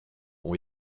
ont